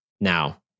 Now